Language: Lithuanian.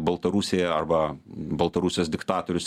baltarusija arba baltarusijos diktatorius